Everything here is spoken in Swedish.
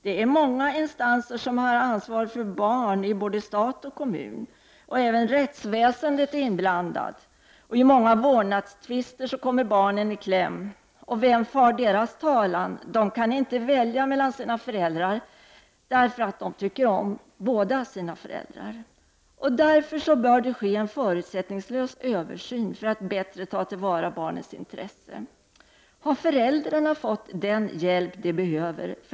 Det är många instanser, i både stat och kommun, som har ansvar för barn, och även rättsväsendet är inblandat. I många vårdnadstvister kommer barnen i kläm, och vem för då deras talan? De kan inte välja mellan sina föräldrar eftersom de tycker om båda föräldrarna. Det bör därför ske en förutsättningslös översyn av frågan om hur vi bättre skall kunna ta till vara barnens intressen. Har föräldrarna fått den hjälp de behöver?